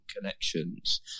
connections